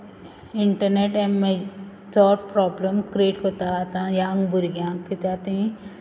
internet हें चोड problem create करता आतां यांग भुरग्यांक कित्याक तीं